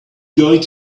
going